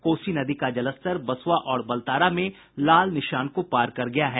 कोसी नदी का जलस्तर बसुआ और बलतारा में लाल निशान को पार कर गया है